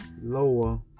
lower